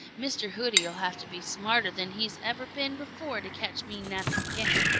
mr. hooty'll have to be smarter than he's ever been before to catch me napping again.